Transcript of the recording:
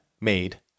made